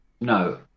No